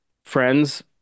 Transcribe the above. friends